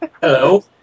Hello